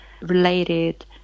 related